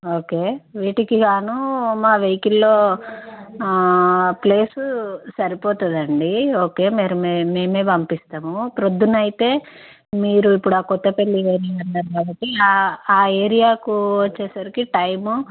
okay వీటికి గాను మా వెహికల్లో ప్లేసు సరిపోతుందండి ఓకే మీరు మేమే పంపిస్తాము ప్రొద్దున అయితే మీరు ఇప్పుడు ఆ కొత్తపల్లి అని అన్నారు కాబట్టి ఆ ఏరియాకు వచ్చేసరికి టైము